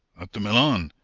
at the milan!